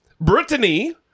Brittany